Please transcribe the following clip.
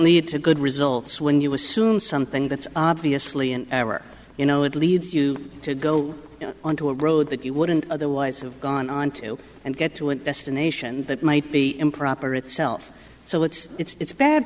lead to good results when you assume something that's obviously an error you know it leads you to go onto a road that you wouldn't otherwise have gone on to and get to a destination that might be improper itself so it's it's